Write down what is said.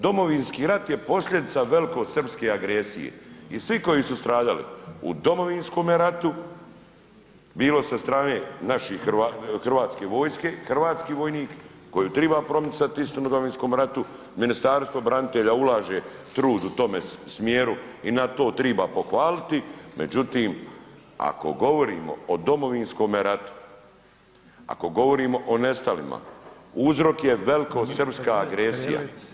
Domovinski rat je posljedica velikosrpske agresije i svi koji su stradali u Domovinskom ratu bilo sa strane naših, Hrvatske vojske, hrvatski vojnik koji triba promicati istinu o Domovinskom ratu, Ministarstvo branitelja ulaže trud u tome smjeru i na to triba pohvaliti, međutim ako govorimo o Domovinskom ratu, ako govorimo o nestalima uzrok je velkosrpska agresija.